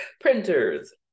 printers